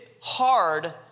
hard